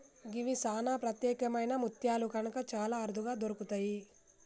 గివి సానా ప్రత్యేకమైన ముత్యాలు కనుక చాలా అరుదుగా దొరుకుతయి